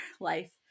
life